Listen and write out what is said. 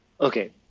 Okay